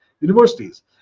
universities